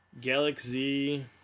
Galaxy